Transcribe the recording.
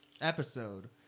episode